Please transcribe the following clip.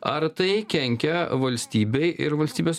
ar tai kenkia valstybei ir valstybės